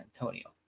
Antonio